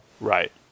right